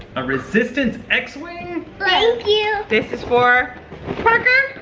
a resistance x-wing? thank you! this is for parker!